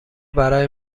برای